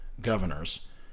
governors